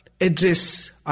address